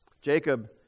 Jacob